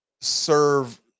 serve